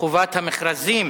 חובת המכרזים